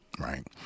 right